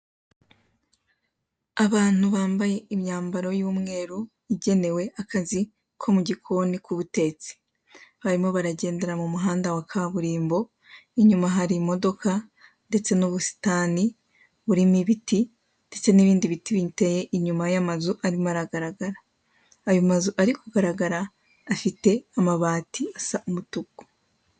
Abantu bambaye imyambaro y'umweru igenewe akazi ko mu gikoni k'ubutetsi barimo baragendera mu muhanda wa kaburimbo, inyuma hari imodoka ndetse n'ubusitani burimo ibiti ndetse n'ibindi biti biteye inyuma y'amazu arimo aragaragara, ayo mazu ari kugaragara afite amabati asa umutuku.